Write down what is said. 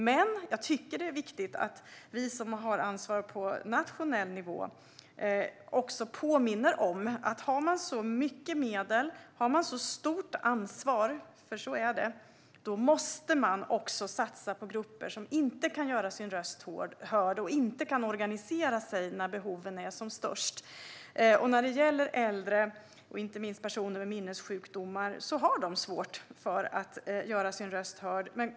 Jag tycker dock att det är viktigt att vi som har ansvar på nationell nivå påminner om att om man har så mycket medel och så stort ansvar - för så är det - måste man också satsa på grupper som inte kan göra sin röst hörd eller organisera sig när behoven är som störst. Äldre, och inte minst personer med minnessjukdomar, har svårt att göra sin röst hörd.